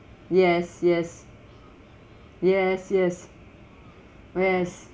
yes yes yes yes yes